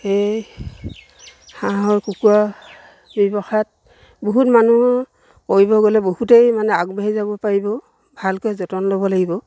সেইয়ে হাঁহৰ কুকুৰা ব্যৱসায়ত বহুত মানুহ কৰিব গ'লে বহুতেই মানে আগবাঢ়ি যাব পাৰিব ভালকৈ যতন ল'ব লাগিব